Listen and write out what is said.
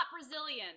Brazilian